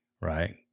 Right